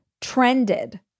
trended